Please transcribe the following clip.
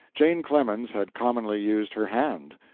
jane clemens had commonly used her hand.